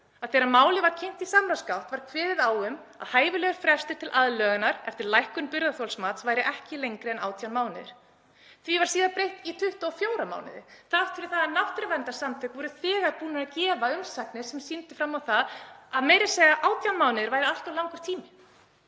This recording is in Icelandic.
Þegar málið var kynnt í samráðsgátt var kveðið á um að hæfilegur frestur til aðlögunar eftir lækkun burðarþolsmats væri ekki lengri en 18 mánuðir. Því var síðan breytt í 24 mánuði þrátt fyrir að náttúruverndarsamtök væru þegar búin að gefa umsagnir sem sýndu fram á að meira að segja 18 mánuðir væru allt of langur tími.